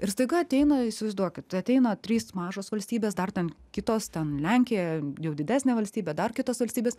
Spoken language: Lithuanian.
ir staiga ateina įsivaizduokit ateina trys mažos valstybės dar ten kitos ten lenkija jau didesnė valstybė dar kitos valstybės